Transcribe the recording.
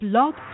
Blog